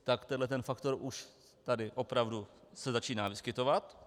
Tak tento faktor už tady opravdu se začíná vyskytovat.